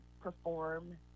perform